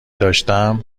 داشتم